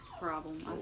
problem